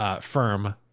firm